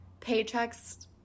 paychecks